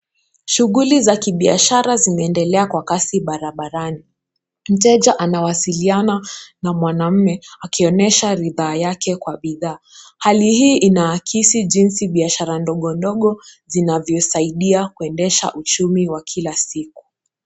Shughuli za kibiashara zinaendelea kwa kasi barabarani. Mteja anawasiliana na mwanaume akionyesha ridhaa yake kwa bidhaa. Hali hii inaakisi jinsi biashara ndogo ndogo zinavyosaidia kuendesha uchumi wa kila siku.